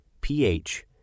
pH